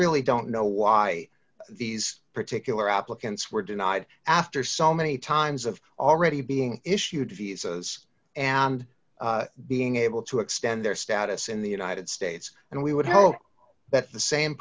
really don't know why these particular applicants were denied after so many times of already being issued visas and being able to extend their status in the united states and we would hope that the same